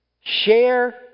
share